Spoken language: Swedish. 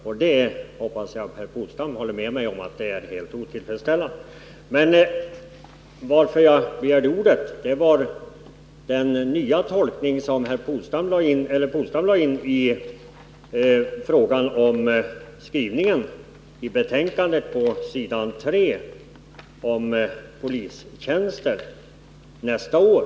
Och det är — det hoppas jag Åke Polstam håller med mig om — helt otillfredsställande. Anledningen till att jag begärde ordet var att Åke Polstam lade in en ny tolkning i utskottets skrivning på s. 3 i betänkandet om antalet polistjänster nästa år.